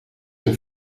een